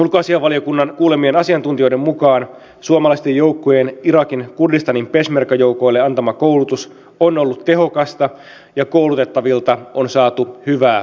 ulkoasiainvaliokunnan kuulemien asiantuntijoiden mukaan suomalaisten joukkojen irakin kurdistanin peshmerga joukoille antama koulutus on ollut tehokasta ja koulutettavilta on saatu hyvää palautetta